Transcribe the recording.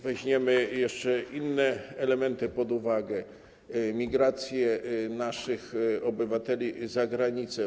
Weźmy jeszcze inne elementy pod uwagę, migrację naszych obywateli za granicę.